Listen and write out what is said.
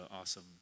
awesome